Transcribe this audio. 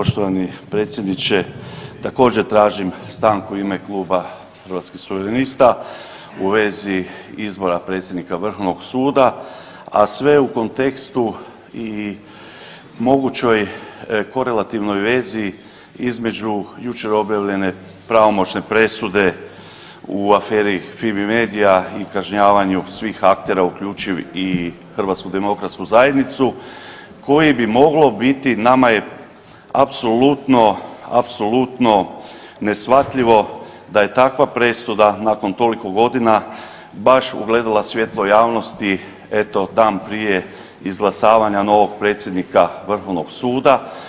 Poštovani predsjedniče, također tražim stanku u ime Kluba Hrvatskih suverenista u vezi izbora predsjednika vrhovnog suda, a sve u kontekstu i mogućoj korelativnoj vezi između jučer objavljene pravomoćne presude u aferi Fimi-medija i kažnjavanju svih aktera uključiv i HDZ koji bi moglo biti, nama je apsolutno, apsolutno neshvatljivo da je takva presuda nakon toliko godina baš ugledala svjetlo javnosti eto dan prije izglasavanja novog predsjednika vrhovnog suda.